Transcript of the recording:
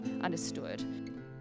understood